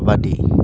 kabaddi